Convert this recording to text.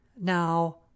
Now